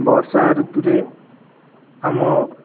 ବର୍ଷା ଋତୁରେ ଆମ